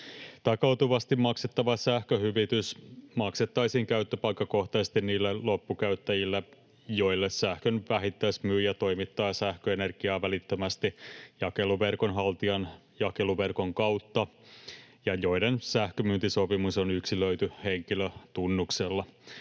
Takautuvasti maksettava sähköhyvitys maksettaisiin käyttöpaikkakohtaisesti niille loppukäyttäjille, joille sähkön vähittäismyyjä toimittaa sähköenergiaa välittömästi jakeluverkonhaltijan jakeluverkon kautta ja joiden sähkönmyyntisopimus on yksilöity henkilötunnuksella.